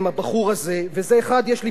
יש לי פה עוד דפים רבים,